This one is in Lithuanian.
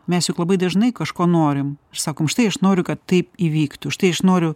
mes juk labai dažnai kažko norim sakom štai aš noriu kad taip įvyktų štai aš noriu